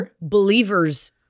believers